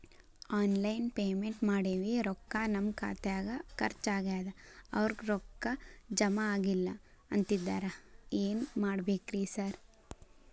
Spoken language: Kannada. ಆನ್ಲೈನ್ ಪೇಮೆಂಟ್ ಮಾಡೇವಿ ರೊಕ್ಕಾ ನಮ್ ಖಾತ್ಯಾಗ ಖರ್ಚ್ ಆಗ್ಯಾದ ಅವ್ರ್ ರೊಕ್ಕ ಜಮಾ ಆಗಿಲ್ಲ ಅಂತಿದ್ದಾರ ಏನ್ ಮಾಡ್ಬೇಕ್ರಿ ಸರ್?